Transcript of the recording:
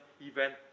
event